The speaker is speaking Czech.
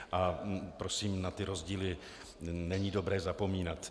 A prosím, na ty rozdíly není dobré zapomínat.